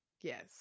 Yes